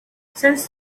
since